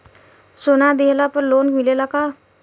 सोना दिहला पर लोन मिलेला का?